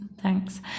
Thanks